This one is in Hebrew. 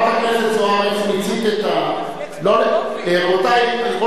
חנין, זו פעם ראשונה שיקראו אותך לסדר פעם ראשונה.